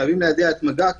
חייבים ליידע את מג"ק,